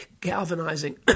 galvanizing